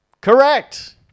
Correct